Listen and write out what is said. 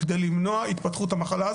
כדי למנוע את התפתחות המחלה.